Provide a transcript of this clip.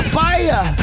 fire